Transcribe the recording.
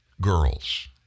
girls